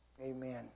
Amen